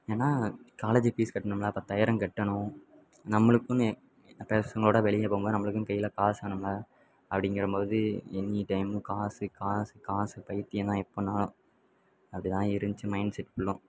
ஏன்னால் college fees கட்டணும்லே பத்தாயிரம் கட்டணும் நம்மளுக்கென்னு பசங்களோடு வெளியில் போகும்போது நம்மளுக்குன்னு கையில் காசு வேணும்லே அப்படிங்கிறம்போது எனி டைம் காசு காசு காசு பைத்தியம்தான் எப்போன்னாலும் அப்படிதான் இருந்துச்சி மைண்ட்செட் ஃபுல்லும்